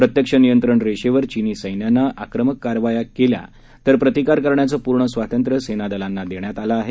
प्रत्यक्ष नियंत्रण रेषेवर चीनी सस्त्राने आक्रमक कारवाया केल्यास प्रतिकार करण्याचं पूर्ण स्वातंत्र्य सेनादलांना देण्यात आलं आहे